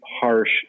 harsh